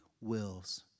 wills